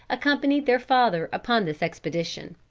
accompanied their father upon this expedition.